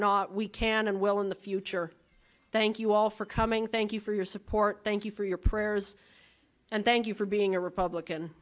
not we can and will in the future thank you all for coming thank you for your support thank you for your prayers and thank you for being a republican